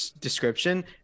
description